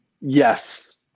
Yes